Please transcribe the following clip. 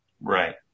Right